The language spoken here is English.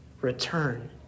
return